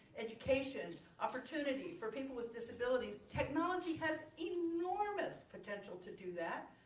education, opportunity for people with disabilities. technology has enormous potential to do that.